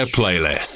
playlist